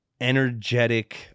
energetic